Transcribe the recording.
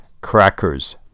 crackers